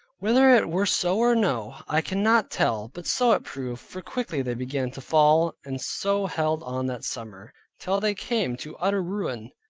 whither it were so or no, i cannot tell, but so it proved, for quickly they began to fall, and so held on that summer, till they came to utter ruin.